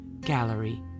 gallery